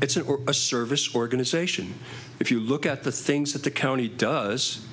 it's a service organization if you look at the things that the county does